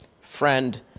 friend